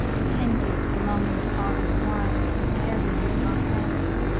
the pendant belonging to arthur's wife, is an heirloom in our family,